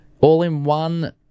all-in-one